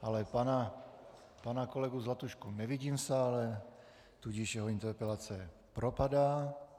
Ale pana kolegu Zlatušku nevidím v sále, tudíž jeho interpelace propadá.